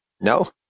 no